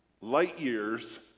light-years